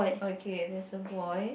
okay there's a boy